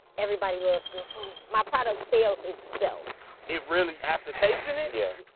everybody loves good food. my product sells itself. it really. after tasting it? yeah.